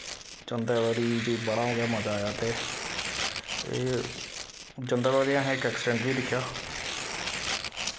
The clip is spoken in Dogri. जंदे बारी जी बड़ा गै मजा आया ते एह् जंदे बारी असें इक ऐक्सिडैंट बी दिक्खेआ